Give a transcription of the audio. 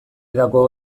dago